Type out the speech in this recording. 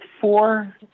four